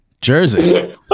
Jersey